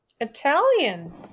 Italian